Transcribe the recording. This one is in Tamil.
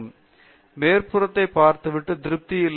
பேராசிரியர் அரிந்தமா சிங் மேற்புறத்தை பார்த்து திருப்தி இல்லை